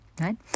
right